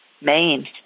Maine